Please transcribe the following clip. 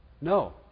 No